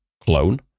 clone